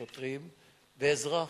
שוטרים ואזרח,